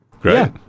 Great